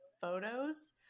photos